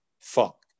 fuck